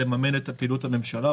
לממן את פעילות הממשלה,